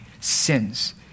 sins